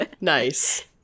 Nice